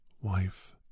wife